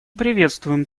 приветствуем